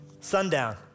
Sundown